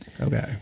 Okay